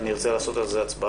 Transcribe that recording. אני רוצה להצביע על כך.